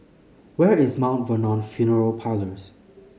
where is Mountain Vernon Funeral Parlours